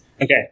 okay